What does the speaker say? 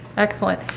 excellent.